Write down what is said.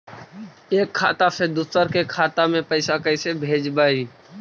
एक खाता से दुसर के खाता में पैसा कैसे भेजबइ?